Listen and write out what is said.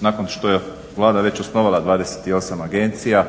nakon što je Vlada već osnovala 28 agencija